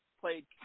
played